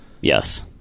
Yes